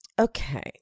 Okay